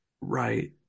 Right